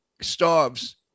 starves